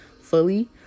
fully